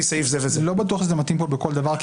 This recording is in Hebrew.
לא בטוח שזה מתאים פה בכל דבר.